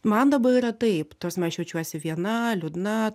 man dabar yra taip ta prasme aš jaučiuosi viena liūdna